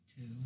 two